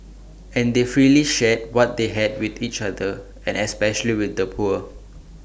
and they freely shared what they had with each other and especially with the poor